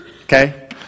okay